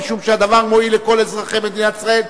משום שהדבר מועיל לכל אזרחי מדינת ישראל.